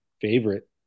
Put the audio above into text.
favorite